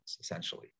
essentially